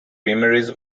memories